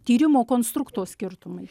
tyrimo konstrukto skirtumai